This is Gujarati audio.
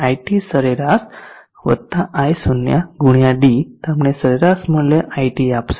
iT સરેરાશ વત્તા i0 ગુણ્યા d તમને સરેરાશ મૂલ્ય iT આપશે